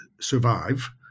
survive